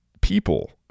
people